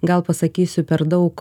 gal pasakysiu per daug